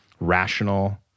rational